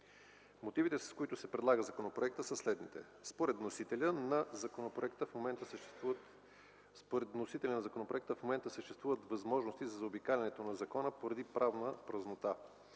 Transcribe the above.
Мотивите, с които се предлага законопроектът, са следните: Според вносителя на законопроекта в момента съществуват възможности за заобикалянето на закона поради правна празнота.